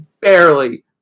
barely